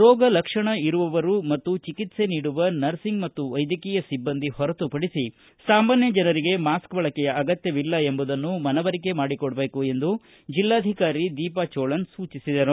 ರೋಗ ಲಕ್ಷಣ ಇರುವವರು ಮತ್ತು ಚಿಕಿತ್ಲೆ ನೀಡುವ ನರ್ಸಿಂಗ್ ಮತ್ತು ವೈದ್ಯಕೀಯ ಸಿಬ್ಬಂದಿ ಹೊರತುಪಡಿಸಿ ಸಾಮಾನ್ಯ ಜನರಿಗೆ ಮಾಸ್ಕ್ ಬಳಕೆಯ ಅಗತ್ಯವಿಲ್ಲ ಎಂಬುದನ್ನು ಮನವರಿಕೆ ಮಾಡಿಕೊಡಬೇಕು ಎಂದು ಜಿಲ್ಲಾಧಿಕಾರಿ ದೀಪಾ ಚೋಳನ್ ಸೂಚಿಸಿದರು